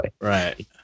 Right